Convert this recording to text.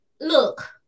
look